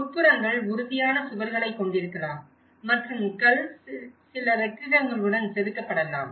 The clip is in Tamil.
உட்புறங்கள் உறுதியான சுவர்களைக் கொண்டிருக்கலாம் மற்றும் கல் சில வெற்றிடங்களுடன் செதுக்கப்படலாம்